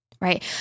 Right